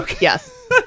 Yes